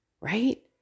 right